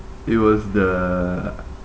it was the